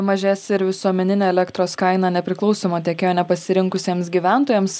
mažės ir visuomeninė elektros kaina nepriklausomo tiekėjo nepasirinkusiems gyventojams